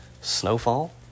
snowfall